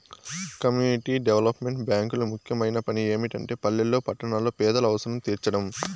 community development బ్యేంకులు ముఖ్యమైన పని ఏమిటంటే పల్లెల్లో పట్టణాల్లో పేదల అవసరం తీర్చడం